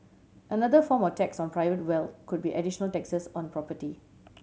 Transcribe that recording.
another form of tax on private wealth could be additional taxes on property